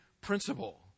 principle